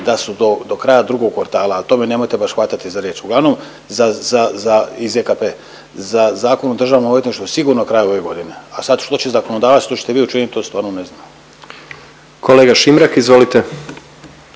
da su do kraja drugog kvartala. To me nemojte baš hvatati za riječ. Uglavnom i ZKP. Zakon o državnom odvjetništvu sigurno kraj ove godine, a sad što će zakonodavac, što ćete vi učiniti to stvarno ne znam. **Jandroković,